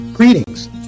Greetings